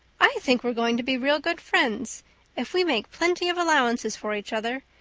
i think we're going to be real good friends if we make plenty of allowances for each other,